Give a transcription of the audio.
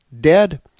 dead